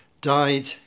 died